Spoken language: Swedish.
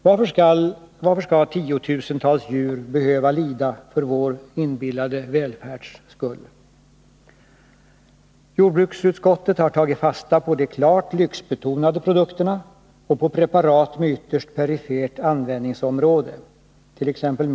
Varför skall tiotusentals djur behöva lida för vår inbillade välfärds skull? Jordbruksutskottet har tagit fasta på argumeriten när det gäller klart JE lyxbetonade produkter och preparat med ytterst perifert användningsområde,t.ex.